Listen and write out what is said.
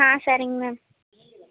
ஆ சரிங்க மேம்